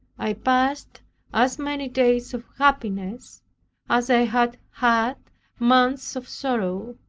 i passed as many days of happiness as i had had months of sorrow.